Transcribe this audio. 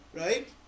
Right